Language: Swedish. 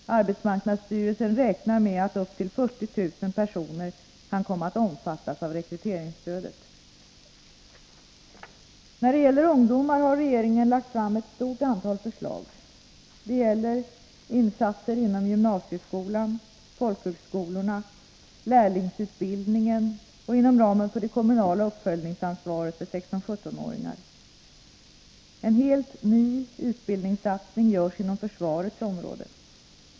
AMS räknar med att upp till 40 000 personer kan komma att omfattas av rekryteringsstödet. När det gäller ungdomar har regeringen lagt fram ett stort antal förslag. Det gäller insatser inom gymnasieskolan, folkhögskolorna, lärlingsutbildningen och inom ramen för det kommunala uppföljningsansvaret för 16-17-åringar. En helt ny utbildningssatsning görs inom försvarets område.